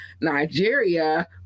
Nigeria